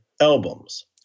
albums